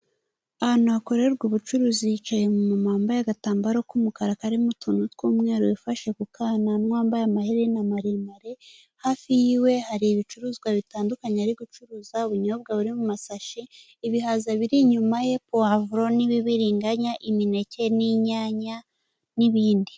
Ahantu hakorerwa ubucuruzi hicaye umumama wambambaye agatambaro k'umukara karimo utuntu tw'umweru, wifashe ku kananwa wambaye amaherena maremare, hafi yiwe hari ibicuruzwa bitandukanye ari gucuruza, ubunyobwa buri mu masashi, ibihaza biri inyuma ye, powavuro n'ibibiriganya, imineke n'inyanya n'ibindi.